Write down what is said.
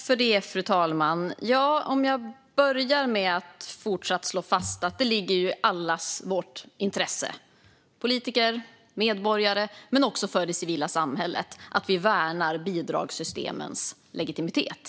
Fru talman! Jag börjar med att fortsätta att slå fast att det ligger i allas vårt intresse - politiker och medborgare men också det civila samhället - att vi värnar bidragssystemens legitimitet.